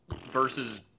versus